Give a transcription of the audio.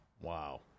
Wow